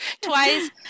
twice